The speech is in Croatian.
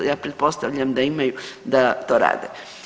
Ja pretpostavljam da imaju da to rade.